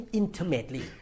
intimately